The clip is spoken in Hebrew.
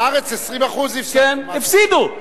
בארץ 20% הפסידו,